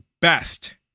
best